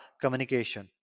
communication